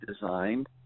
designed